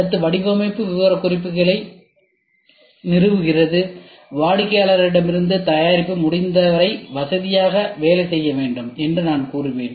அடுத்து வடிவமைப்பு விவரக்குறிப்புகளை நிறுவுதல் வாடிக்கையாளரிடமிருந்து தயாரிப்பு முடிந்தவரை வசதியாக வேலை செய்ய வேண்டும் என்று நான் கூறுவேன்